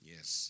Yes